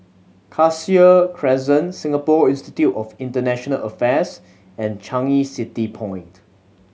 Cassia Crescent Singapore Institute of International Affairs and Changi City Point